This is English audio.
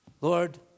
Lord